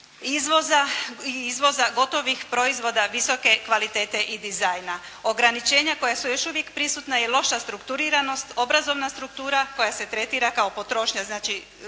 izvoza gotovih proizvoda visoke kvalitete i dizajna. Ograničenja koja su još uvijek prisutna i loša strukturiranost, obrazovna struktura koja se tretira kao potrošnja, znači